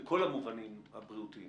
בכל המובנים הבריאותיים,